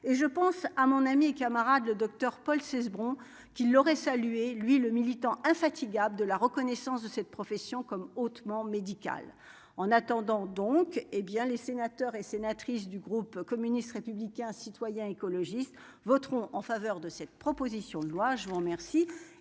et je pense à mon ami et camarade, le Docteur Paul Cesbron, qui l'aurait salué lui le militant infatigable de la reconnaissance de cette profession comme hautement médical en attendant donc, hé bien, les sénateurs et sénatrices du groupe communiste, républicain, citoyen et écologiste voteront en faveur de cette proposition de loi, je vous remercie